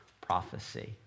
prophecy